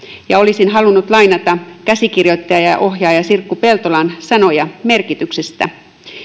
olisin halunnut lainata käsikirjoittaja ja ja ohjaaja sirkku peltolan sanoja merkityksestä